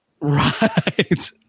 Right